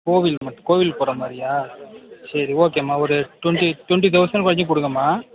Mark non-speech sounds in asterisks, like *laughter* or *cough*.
கோவில் மட்டு கோவில் போகிற மாதிரியா சரி ஓகேமா ஒரு டொண்ட்டி டொண்ட்டி தௌசண்ட் *unintelligible* கொடுங்கம்மா